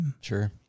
Sure